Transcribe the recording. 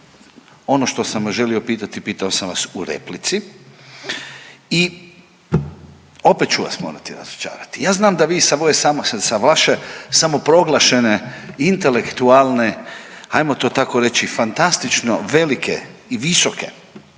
ono što sam vas želio pitati pitao sam vas u replici i opet ću vam morati razočarati. Ja znam da vi sa vaše samoprograšene intelektualne ajmo to tako fantastično velike i visoke